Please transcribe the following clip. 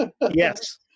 yes